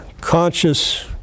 conscious